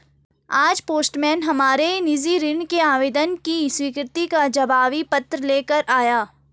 आज पोस्टमैन हमारे निजी ऋण के आवेदन की स्वीकृति का जवाबी पत्र ले कर आया